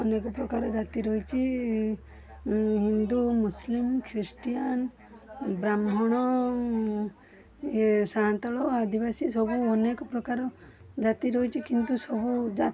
ଅନେକ ପ୍ରକାର ଜାତି ରହିଛି ହିନ୍ଦୁ ମୁସଲିମ୍ ଖ୍ରୀଷ୍ଟିୟାନ୍ ବ୍ରାହ୍ମଣ ଏ ସାନ୍ତାଳ ଆଦିବାସୀ ସବୁ ଅନେକ ପ୍ରକାର ଜାତି ରହିଛି କିନ୍ତୁ ସବୁ ଜାତି